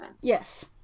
Yes